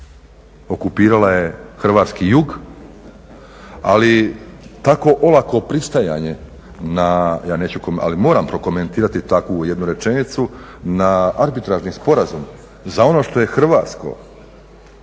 okupirala je hrvatski jug. Ali tako olako pristajanje na, ja neću, ali moram prokomentirati takvu jednu rečenicu na arbitražni sporazum za ono što je hrvatsko,